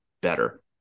better